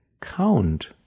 count